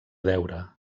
deure